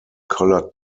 colored